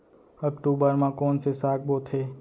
अक्टूबर मा कोन से साग बोथे?